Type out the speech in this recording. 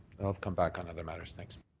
come back on other matters. thanks.